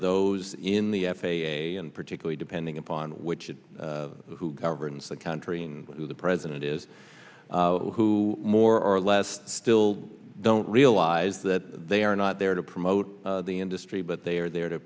those in the f a a and particularly depending upon which it who governs the country and who the president is who more or less still don't realize that they are not there to promote the industry but they are there to